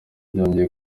byongeye